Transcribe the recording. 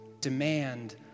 demand